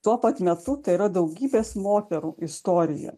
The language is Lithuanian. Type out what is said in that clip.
tuo pat metu tai yra daugybės moterų istorija